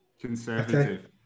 conservative